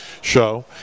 show